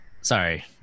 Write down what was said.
sorry